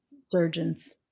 surgeons